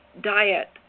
diet